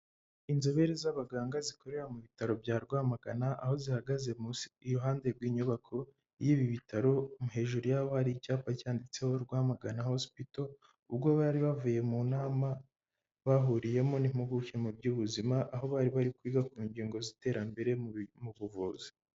Inzobere z'abaganga zikorera mu bitaro bya Rwamagana, aho zihagaze iruhande rw'inyubako y'ibi bitaro hejuru y'abari icyapa cyanditseho Rwamagana Hospital ubwo bari bavuye mu nama bahuriyemo n'impuguke mu by'ubuzima, aho bari bari kwiga ku ngingo z'iterambere mu buvuzi.